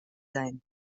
sein